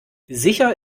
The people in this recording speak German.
sicher